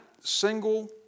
single